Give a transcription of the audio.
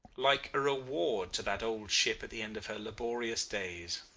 like a reward to that old ship at the end of her laborious days.